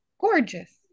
gorgeous